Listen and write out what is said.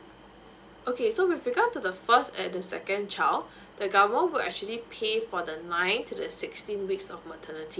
okay so with regards to the first and the second child the government would actually pay for the nine to the sixteen weeks of maternity